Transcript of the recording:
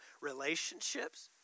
relationships